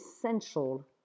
essential